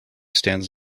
stands